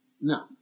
No